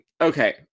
Okay